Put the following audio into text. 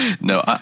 No